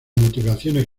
motivaciones